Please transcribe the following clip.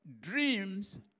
dreams